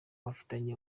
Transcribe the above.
bafitanye